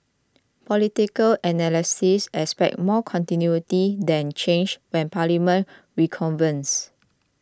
political analysts expect more continuity than change when Parliament reconvenes